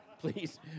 please